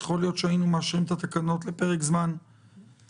יכול להיות שהיינו מאשרים את התקנות לפרק זמן יותר